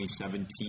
2017